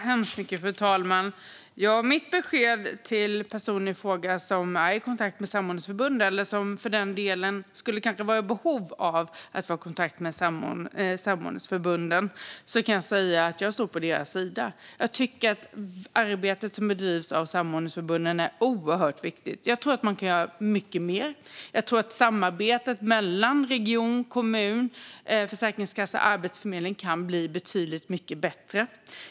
Fru talman! Mitt besked till personer som är i kontakt med samordningsförbund eller som, för den delen, kanske skulle vara i behov av att vara i kontakt med samordningsförbunden är att jag står på deras sida. Jag tycker att arbetet som bedrivs av samordningsförbunden är oerhört viktigt, och jag tror att man kan göra mycket mer. Jag tror att samarbetet mellan region, kommun, försäkringskassa och arbetsförmedling kan bli betydligt mycket bättre.